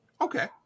Okay